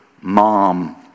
mom